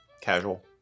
Casual